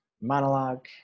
monologue